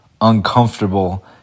uncomfortable